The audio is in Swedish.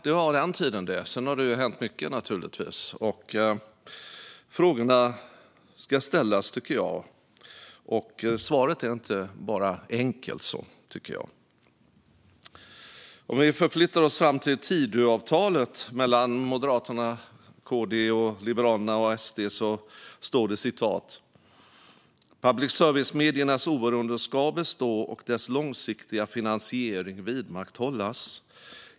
Det har hänt mycket sedan dess, men frågorna måste ställas även om svaret inte är enkelt. I Tidöavtalet mellan Moderaterna, Kristdemokraterna, Liberalerna och Sverigedemokraterna står det: "Public service-mediernas oberoende ska bestå och dess långsiktiga finansiering vidmakthållas.